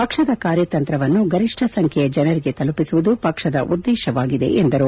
ಪಕ್ಷದ ಕಾರ್ಯತಂತ್ರವನ್ನು ಗರಿಷ್ಠ ಸಂಖ್ಯೆಯ ಜನರಿಗೆ ತಲುಪಿಸುವುದು ಪಕ್ಷದ ಉದ್ದೇಶವಾಗಿದೆ ಎಂದರು